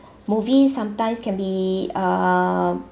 movies sometimes can be uh